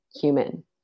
human